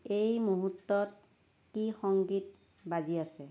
এই মুহূৰ্তত কি সংগীত বাজি আছে